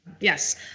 yes